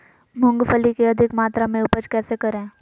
मूंगफली के अधिक मात्रा मे उपज कैसे करें?